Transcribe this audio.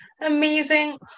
amazing